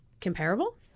comparable